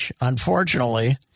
Unfortunately